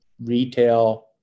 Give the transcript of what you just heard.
retail